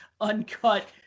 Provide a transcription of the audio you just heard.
uncut